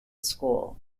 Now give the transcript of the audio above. school